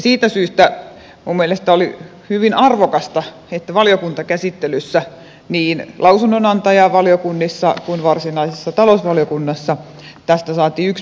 siitä syystä minun mielestäni oli hyvin arvokasta että valiokuntakäsittelyssä niin lausunnonantajavaliokunnissa kuin varsinaisessa talousvaliokunnassa tästä saatiin yksimielinen mietintö